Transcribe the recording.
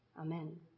Amen